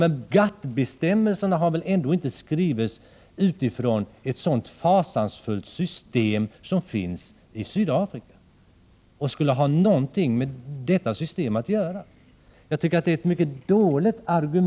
Men de bestämmelserna har väl inte skrivits utifrån ett sådant fasansfullt system som finns i Sydafrika? De kan väl inte ha någonting med detta system att göra? Jag tycker att det argumentet är mycket dåligt.